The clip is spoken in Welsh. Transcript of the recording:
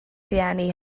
rhieni